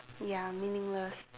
ya meaningless